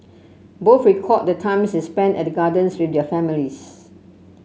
both recalled the times they spent at the gardens with their families